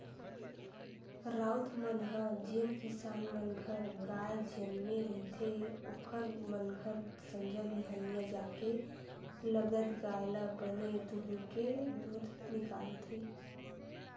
राउत मन ह जेन किसान मन घर गाय जनमे रहिथे ओखर मन घर संझा बिहनियां जाके लगत गाय ल बने दूहूँके दूद निकालथे